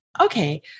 Okay